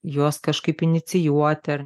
juos kažkaip inicijuoti ar